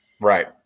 Right